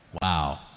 Wow